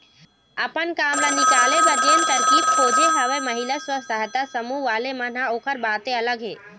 अपन काम ल निकाले बर जेन तरकीब खोजे हवय महिला स्व सहायता समूह वाले मन ह ओखर बाते अलग हे